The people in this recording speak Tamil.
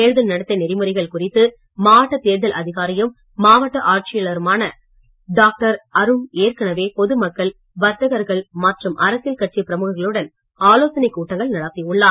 தேர்தல் நடத்தை நெறிமுறைகள் குறித்து மாவட்ட தேர்தல் அதிகாரியும் மாவட்ட ஆட்சியருமான டாக்டர் அருண் ஏற்கனவே பொது மக்கள் வர்த்தகர்கள் மற்றும் அரசியல் கட்சி பிரமுகர்களுடன் ஆலோசனை கூட்டங்களை நடத்தியுள்ளார்